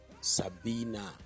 Sabina